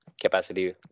capacity